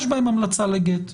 יש בהם המלצה לגט.